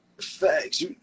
Facts